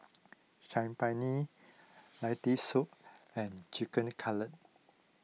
Saag Paneer Lentil Soup and Chicken Cutlet